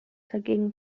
dagegen